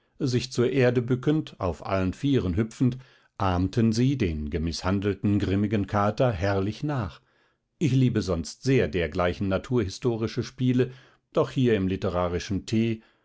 sich zur erde bückend auf allen vieren hüpfend ahmten sie den gemißhandelten grimmigen kater herrlich nach ich liebe sonst sehr dergleichen naturhistorische spiele doch hier im literarischen tee